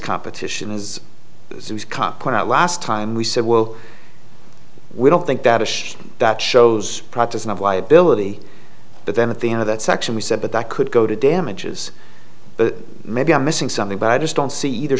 competition is cop out last time we said well we don't think that ish that shows process of liability but then at the end of that section we said but that could go to damages but maybe i'm missing something but i just don't see either